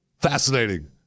Fascinating